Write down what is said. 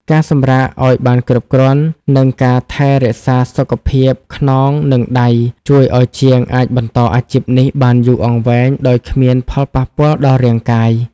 ការសម្រាកឱ្យបានគ្រប់គ្រាន់ និងការថែរក្សាសុខភាពខ្នង និងដៃ ជួយឱ្យជាងអាចបន្តអាជីពនេះបានយូរអង្វែងដោយគ្មានផលប៉ះពាល់ដល់រាងកាយ។